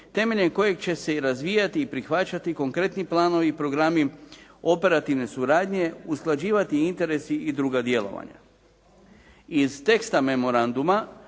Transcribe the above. temeljem kojeg će se i razvijati i prihvaćati konkretni planovi i programi operativne suradnje, usklađivati interesi i druga djelovanja. Iz teksta memoranduma